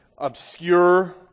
obscure